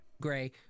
Gray